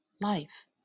life